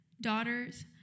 daughters